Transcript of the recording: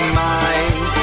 mind